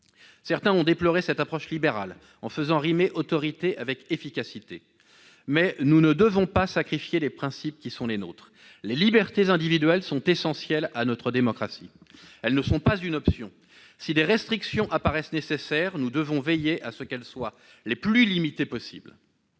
Certains ont déploré cette approche libérale, en faisant rimer autorité avec efficacité. Mais nous ne devons pas sacrifier les principes qui sont les nôtres : les libertés individuelles sont essentielles à notre démocratie ; elles ne sont pas une option. Si des restrictions apparaissent nécessaires, nous devons veiller à ce qu'elles soient les plus limitées possible.